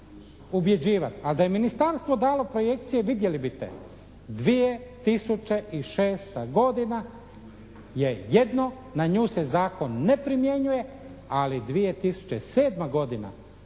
ubjeđivati, a da je ministarstvo dalo projekcije vidjeli biste, 2006. godina je jedno, na nju se zakon ne primjenjuje ali 2007. godina